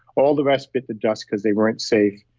all the rest bit the dust because they weren't safe.